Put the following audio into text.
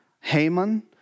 Haman